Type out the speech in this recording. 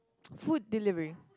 food delivery